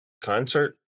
concert